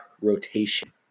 rotation